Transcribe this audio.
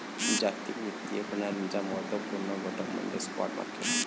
जागतिक वित्तीय प्रणालीचा महत्त्व पूर्ण घटक म्हणजे स्पॉट मार्केट